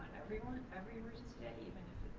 everyone, every emergency day, even